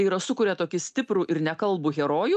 tai yra sukuria tokį stiprų ir nekalbų herojų